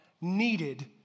needed